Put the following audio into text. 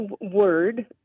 word